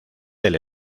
del